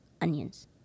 onions